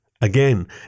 Again